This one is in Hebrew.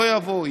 לא יבואו,